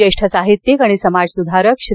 ज्येष्ठ साहित्यिक आणि समाज सुधारक श्री